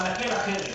אבל אחרת.